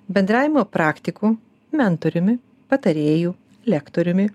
bendravimo praktiku mentoriumi patarėju lektoriumi